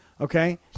okay